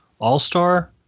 all-star